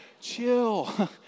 chill